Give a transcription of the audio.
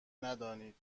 ندانید